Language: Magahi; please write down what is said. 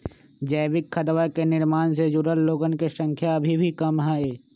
जैविक खदवा के निर्माण से जुड़ल लोगन के संख्या अभी भी कम हई